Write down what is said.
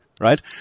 Right